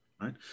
right